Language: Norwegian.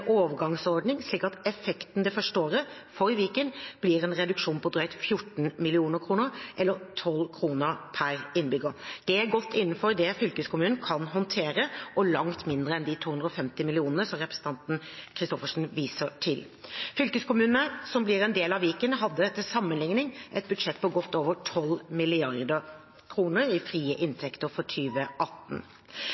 overgangsordning, slik at effekten det første året for Viken blir en reduksjon på drøyt 14 mill. kr, eller 12 kr per innbygger. Det er godt innenfor det fylkeskommunen kan håndtere, og langt mindre enn de 250 mill. kr som representanten Christoffersen viser til. Fylkeskommunene som blir en del av Viken, hadde til sammenlikning et budsjett på godt over 12 mrd. kr i frie